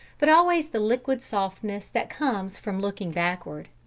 but always the liquid softness that comes from looking backward.